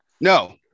No